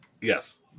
Yes